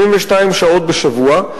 72 שעות בשבוע.